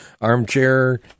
armchair